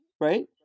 Right